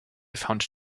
found